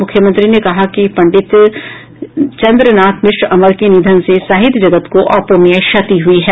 मुख्यमंत्री ने कहा कि पंडित चन्द्र नाथ मिश्र अमर के निधन से साहित्य जगत को अपुरणीय क्षति हुई है